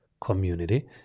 community